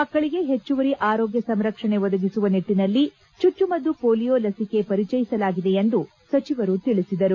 ಮಕ್ಕಳಿಗೆ ಹೆಚ್ಚುವರಿ ಆರೋಗ್ಗ ಸಂರಕ್ಷಣೆ ಒದಗಿಸುವ ನಿಟ್ಟನಲ್ಲಿ ಚುಚ್ಚುಮದ್ದು ಪೋಲಿಯೊ ಲಸಿಕೆ ಪರಿಚಯಿಸಲಾಗಿದೆ ಎಂದು ಸಚಿವರು ತಿಳಿಸಿದರು